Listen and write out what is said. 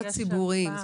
ציבוריים.